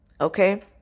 okay